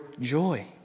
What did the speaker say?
joy